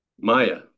Maya